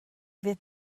fydd